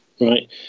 right